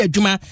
Juma